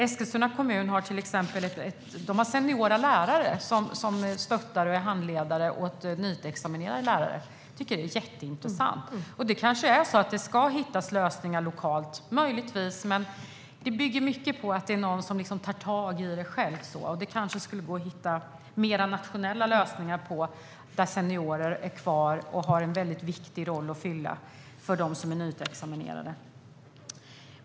Eskilstuna kommun har seniora lärare som stöttar och är handledare åt nyutexaminerade lärare. Jag tycker att det är jätteintressant. Det kanske är så att man ska hitta lösningar lokalt. Men det bygger mycket på att det är någon som självmant tar tag i det, och det kanske skulle kunna gå att hitta mer nationella lösningar där seniorer är kvar och har en viktig roll att fylla för dem som är nyutexaminerade.